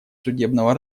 судебного